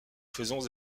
faisons